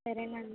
సరే నాన్న